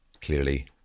clearly